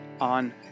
on